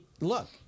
look